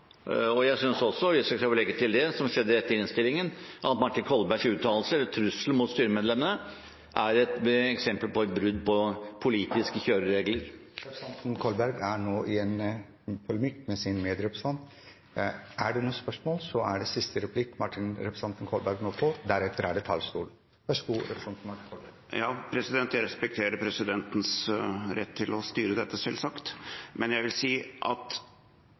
ha. Jeg synes også, hvis jeg får legge til det, at det som skjedde etter at innstillingen var avgitt, Martin Kolbergs uttalelser, trusler mot styremedlemmene, er et eksempel på et brudd på politiske kjøreregler. Representanten Kolberg er nå i en polemikk med sin medrepresentant. Er det flere spørsmål, er dette siste replikk representanten Kolberg får. Deretter er det innlegg. Jeg respekterer presidentens rett til å styre dette, selvsagt. Jeg vil si at